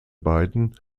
beiden